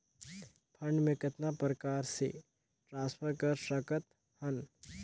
Fund मे कतना प्रकार से ट्रांसफर कर सकत हन?